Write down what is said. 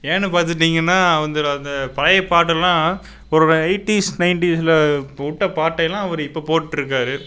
ஏன்னு பார்த்திட்டிங்கன்னா வந்து அந்த பழைய பாட்டெல்லாம் ஒரு எயிட்டிஸ் நயன்டிஸில் இப்போ விட்ட பாட்டையெல்லாம் அவர் இப்போ போட்டுட்டிருக்கார்